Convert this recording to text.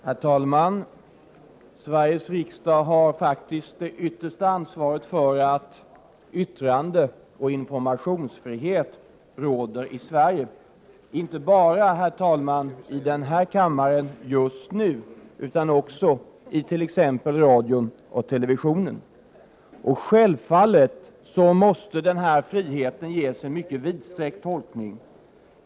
Herr talman! Sveriges riksdag har det yttersta ansvaret för att yttrandeoch informationsfrihet råder i Sverige, inte bara, herr talman, i denna kammare just nu utan också it.ex. radion och televisionen. Självfallet måste denna frihet ges en mycket vidsträckt tolkning.